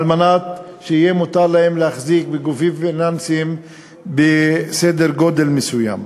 על מנת שיהיה מותר להם להחזיק בגופים פיננסיים בסדר גודל מסוים.